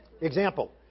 Example